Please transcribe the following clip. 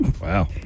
Wow